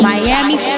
Miami